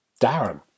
Darren